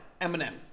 Eminem